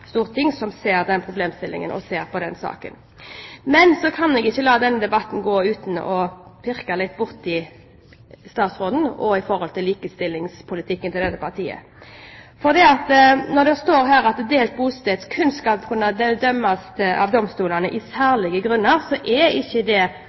storting som ser problemstillingen, og som vil se på den saken. Men så kan jeg ikke la denne debatten gå uten å pirke litt borti statsråden også når det gjelder likestillingspolitikken til dette partiet. For når det står her at delt bosted kun skal kunne idømmes av domstolene,